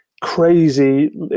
crazy